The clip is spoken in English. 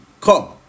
come